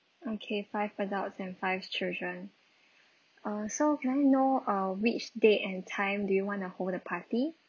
okay five adults and five children uh so can I know uh which date and time do you want to hold the party